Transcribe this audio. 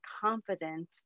confident